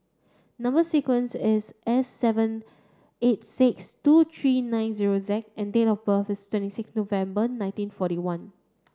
number sequence is S seven eight six two three nine zero Z and date of birth is twenty six November nineteen forty one